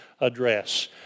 Address